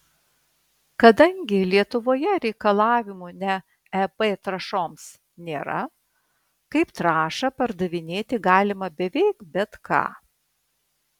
kadangi lietuvoje reikalavimų ne eb trąšoms nėra kaip trąšą pardavinėti galima beveik bet ką